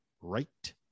right